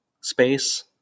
space